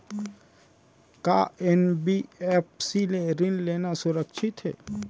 का एन.बी.एफ.सी ले ऋण लेना सुरक्षित हे?